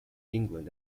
england